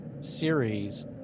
series